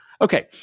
Okay